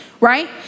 right